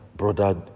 brother